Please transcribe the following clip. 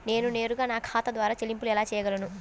నేను నేరుగా నా ఖాతా ద్వారా చెల్లింపులు ఎలా చేయగలను?